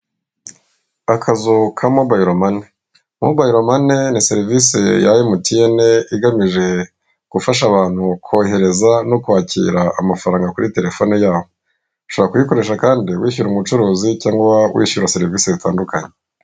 Akazu ka mobayiro mani, mabayiro mani ni serivisi ya emutiyene igamije gufasha abantu kohereza no kwakira amafaranga kuri telefone yabo, ushobora kuyikoresha kandi wishyura umucuruzi cyangwa wishyura serivisi zitandukanye.